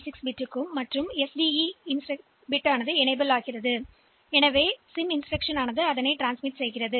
இ ஐ இயக்கும் டி 6 பிட்டுக்கு செல்லும் மேலும் இந்த சிம் இன்ஸ்டிரக்ஷன் அதை கடத்தும்